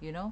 you know